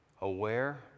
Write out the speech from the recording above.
aware